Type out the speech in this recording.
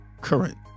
current